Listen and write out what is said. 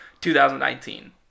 2019